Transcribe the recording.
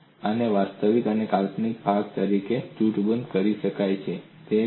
અને આને વાસ્તવિક અને કાલ્પનિક ભાગ તરીકે જૂથબદ્ધ કરી શકાય છે